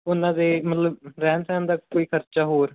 ਉਹਨਾਂ ਦੇ ਮਤਲਬ ਰਹਿਣ ਸਹਿਣ ਦਾ ਕੋਈ ਖਰਚਾ ਹੋਰ